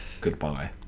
Goodbye